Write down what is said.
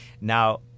Now